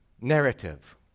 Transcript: narrative